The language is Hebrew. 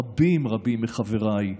רבים רבים מחבריי,